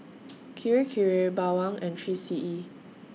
Kirei Kirei Bawang and three C E